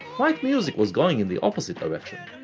white music was going in the opposite direction,